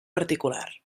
particular